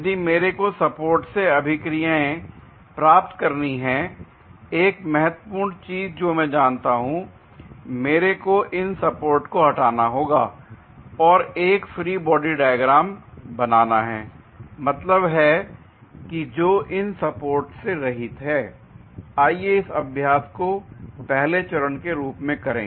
यदि मेरे को सपोर्ट से अभिक्रियाएं प्राप्त करनी है एक महत्वपूर्ण चीज जो मैं जानता हूं मेरे को इन सपोर्ट को हटाना होगा और एक फ्री बॉडी डायग्राम बनाना है मतलब की जो इन सपोर्ट से रहित है l आइए इस अभ्यास को पहले चरण के रूप में करें